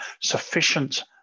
sufficient